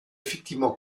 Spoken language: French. effectivement